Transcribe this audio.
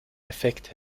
effekt